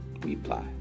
reply